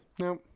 No